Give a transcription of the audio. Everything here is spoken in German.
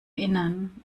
innern